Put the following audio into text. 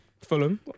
Fulham